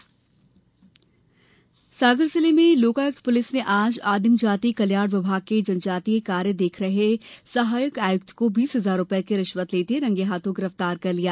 रिश्वत गिरफतार सागर जिले में लोकायुक्त पुलिस ने आज आदिम जाति कल्याण विभाग के जनजातीय कार्य देख रहे सहायक आयुक्त को बीस हजार रुपए की रिश्वत लेते रंगे हाथों गिरफ्तार कर लिया